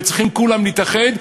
וצריכים כולם להתאחד,